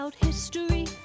history